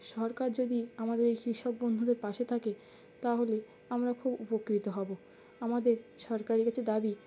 সরকার যদি আমাদের এই কৃষক বন্ধুদের পাশে থাকে তাহলে আমরা খুব উপকৃত হব আমাদের সরকারের কাছে দাবি